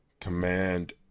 Command